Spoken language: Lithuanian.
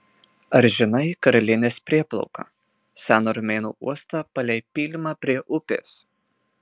ar žinai karalienės prieplauką seną romėnų uostą palei pylimą prie upės